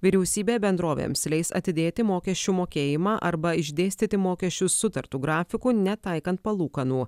vyriausybė bendrovėms leis atidėti mokesčių mokėjimą arba išdėstyti mokesčius sutartu grafiku netaikant palūkanų